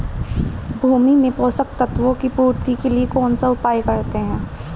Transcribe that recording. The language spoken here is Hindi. भूमि में पोषक तत्वों की पूर्ति के लिए कौनसा उपाय करते हैं?